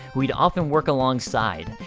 who he'd often work alongside,